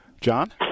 John